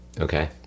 Okay